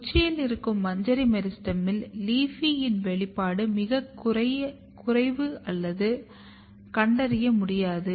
உச்சியில் இருக்கும் மஞ்சரி மெரிஸ்டெமில் LEAFY இன் வெளிப்பாடு மிகக் குறைவு அல்லது கண்டறிய முடியாதது